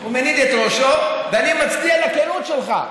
הוא מניד את ראשו, ואני מצדיע לכנות שלך.